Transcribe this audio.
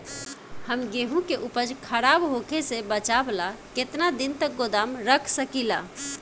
हम गेहूं के उपज खराब होखे से बचाव ला केतना दिन तक गोदाम रख सकी ला?